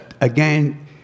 again